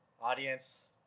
Audience